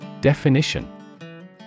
Definition